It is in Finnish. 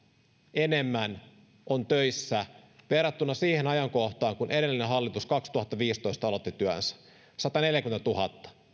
enemmän on töissä verrattuna siihen ajankohtaan kun edellinen hallitus kaksituhattaviisitoista aloitti työnsä sataneljäkymmentätuhatta